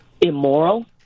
immoral